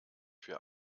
für